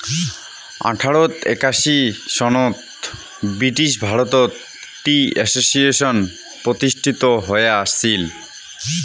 আঠারোশ একাশি সনত ব্রিটিশ ভারতত টি অ্যাসোসিয়েশন প্রতিষ্ঠিত হয়া আছিল